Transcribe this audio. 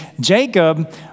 Jacob